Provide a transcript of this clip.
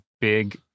big